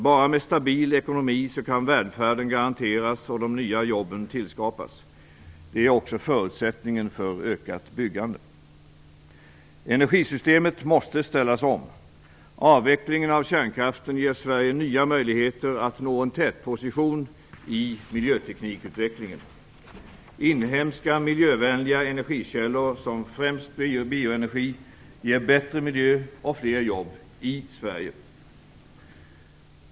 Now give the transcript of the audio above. Bara med stabil ekonomi kan välfärden garanteras och de nya jobben tillskapas. Det är också förutsättningen för ökat byggande. Energisystemet måste ställas om. Avvecklingen av kärnkraften ger Sverige nya möjligheter att nå en tätposition i miljöteknikutvecklingen. Inhemska miljövänliga energikällor som främst bioenergi ger bättre miljö och fler jobb i Sverige.